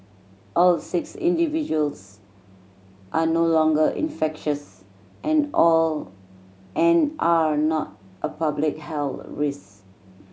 all six individuals are no longer infectious and all and are not a public health risk